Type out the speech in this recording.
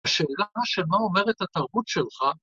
‫השאלה שמה עוברת התרבות שלך...